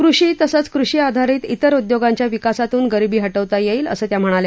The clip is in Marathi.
कृषी तसंच कृषीआधारीत तेर उद्योगांच्या विकासातून गरीबी हटवता यईक्ति असं त्या म्हणाल्या